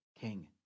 king